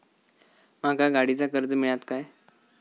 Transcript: माका गाडीचा कर्ज मिळात काय?